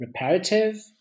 reparative